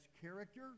character